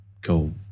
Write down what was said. go